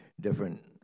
different